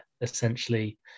essentially